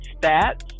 stats